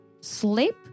sleep